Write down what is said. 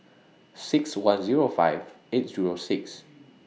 six one Zero five eight Zero six